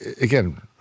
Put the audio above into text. Again